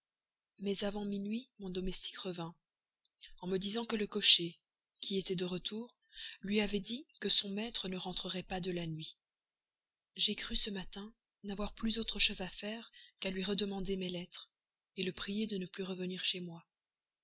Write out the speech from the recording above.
mais avant minuit mon domestique revint en me disant que le cocher qui était de retour lui avait dit que son maître ne rentrerait pas de la nuit j'ai cru ce matin n'avoir plus autre chose à faire qu'à lui redemander mes lettres le prier de ne plus venir chez moi